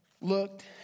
looked